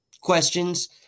questions